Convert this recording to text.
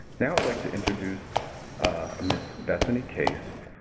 now i'd like to introduce ah ms. bethany case,